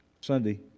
Sunday